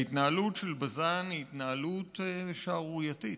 ההתנהלות של בז"ן היא התנהלות שערורייתית.